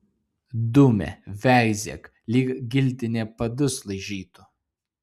dumia veizėk lyg giltinė padus laižytų